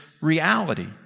reality